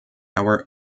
our